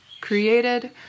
created